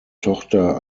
tochter